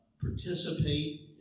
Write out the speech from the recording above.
participate